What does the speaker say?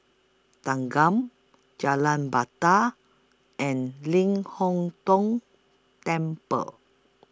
Thanggam Jalan Batai and Ling Hong Tong Temple